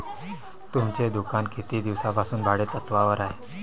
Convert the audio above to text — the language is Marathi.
तुमचे दुकान किती दिवसांपासून भाडेतत्त्वावर आहे?